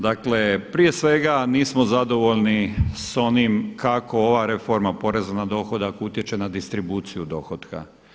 Dakle, prije svega nismo zadovoljni s onim kako ova reforma poreza na dohodak utječe na distribuciju dohotka.